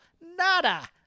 Nada